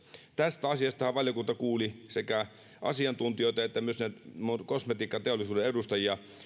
tästä asiastahan valiokunta kuuli sekä asiantuntijoita että myös kosmetiikkateollisuuden edustajia